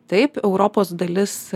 taip europos dalis